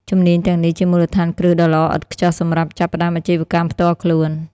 ជំនាញទាំងនេះជាមូលដ្ឋានគ្រឹះដ៏ល្អឥតខ្ចោះសម្រាប់ចាប់ផ្តើមអាជីវកម្មផ្ទាល់ខ្លួន។